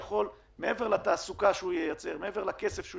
מעבר לתעסוקה שהפרויקט הזה ייצר ומעבר לכסף שהוא